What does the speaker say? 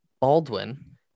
Baldwin